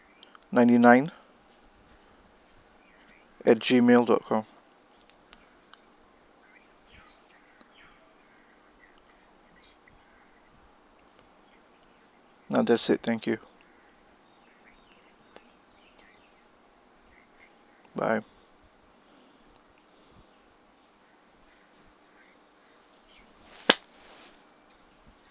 ninety nine at gmail dot com no that's it thank you bye